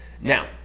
Now